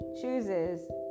chooses